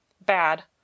Bad